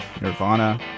Nirvana